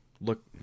look